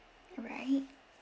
alright